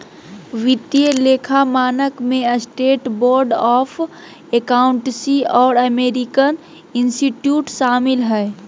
वित्तीय लेखा मानक में स्टेट बोर्ड ऑफ अकाउंटेंसी और अमेरिकन इंस्टीट्यूट शामिल हइ